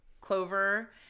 Clover